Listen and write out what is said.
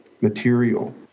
material